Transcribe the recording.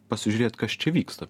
pasižiūrėt kas čia vyksta